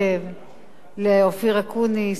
לאופיר אקוניס,